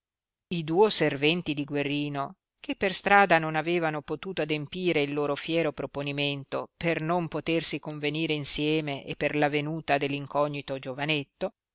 i duo serventi di guerrino che per strada non avevano potuto adempire il loro fiero proponimento per non potersi convenire insieme e per la venuta dell incognito giovanetto